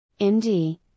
MD